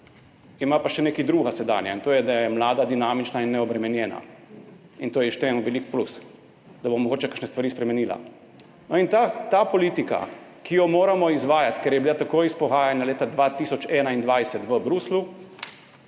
Ima pa še nekaj drugega sedanja, in to je, da je mlada, dinamična in neobremenjena. In to ji štejem v velik plus, da bo mogoče kakšne stvari spremenila. In ta politika, ki jo moramo izvajati, ker je bila tako izpogajana leta 2021 v Bruslju,